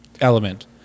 element